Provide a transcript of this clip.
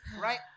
right